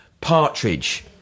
Partridge